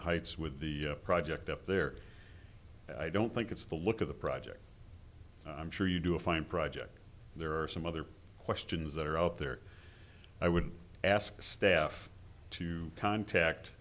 the heights with the project up there i don't think it's the look of the project i'm sure you do a fine project there are some other questions that are out there i would ask staff to contact